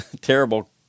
terrible